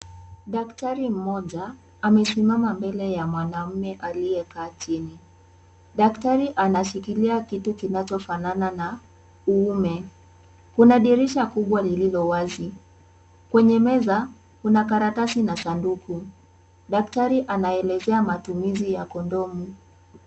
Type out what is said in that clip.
Daktari mmoja amesimama mbele ya mwanaume aliyekaa chini. Daktari anashikilia kitu kinachofanana na uume. Kuna dirisha lililo wazi. Kwenye meza kuna karatasi na sanduku. Daktari anaelezea matumizi ya kondomu.